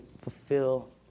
fulfill